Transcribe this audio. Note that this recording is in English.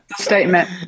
statement